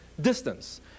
distance